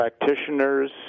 practitioners